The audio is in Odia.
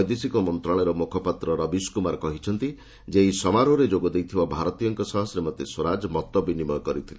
ବୈଦେଶିକ ମନ୍ତ୍ରଣାଳୟର ମୁଖପାତ୍ର ରବୀନଶ କୁମାର କହିଛନ୍ତି ଯେ ଏହି ସମାରୋରେ ଯୋଗଦେଇଥିବା ଭାରତୀୟଙ୍କ ସହ ଗ୍ରାମୀର ସ୍ୱରାଜ ମତ ବିନିମୟ କରିଥିଲେ